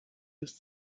ist